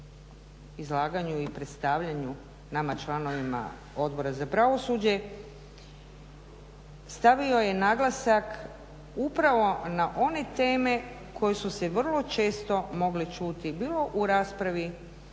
izlaganju i predstavljanju nama članovima Odboru za pravosuđe, stavio je naglasak upravo na one teme koje su se vrlo često mogle čuti bilo u raspravi